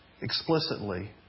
explicitly